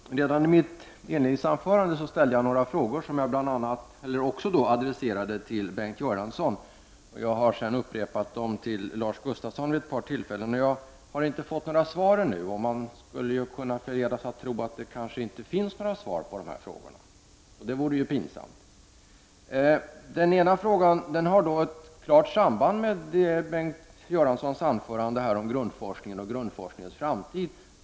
Fru talman! Redan i mitt inledningsanförande ställde jag några frågor som jag också adresserade till Bengt Göransson. Jag har sedan vid ett par tillfällen upprepat dem till Lars Gustafsson. Men jag har inte fått några svar ännu. Man skulle kunna förledas att tro att det kanske inte finns några svar på dessa frågor. Det vore ju pinsamt. Den ena frågan har ett klart samband med Bengt Göranssons anförande om grundforskningen och grundforskningens framtid.